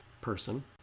person